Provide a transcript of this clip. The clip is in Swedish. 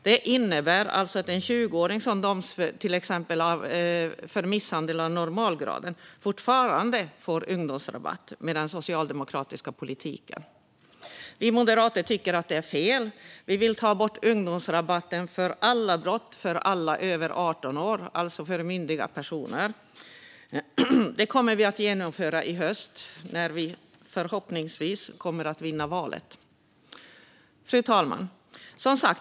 Detta innebär att en 20-åring som döms för till exempel misshandel av normalgraden fortfarande får ungdomsrabatt med den socialdemokratiska politiken. Vi moderater tycker att detta är fel. Vi vill ta bort ungdomsrabatten för alla brott för alla över 18 år, alltså för myndiga personer. Det kommer vi att genomföra i höst när vi förhoppningsvis vinner valet. Fru talman!